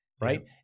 right